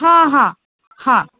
हां हां हां